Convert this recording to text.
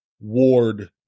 Ward